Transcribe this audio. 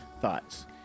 thoughts